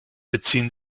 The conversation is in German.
beziehen